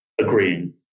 agreeing